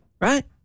right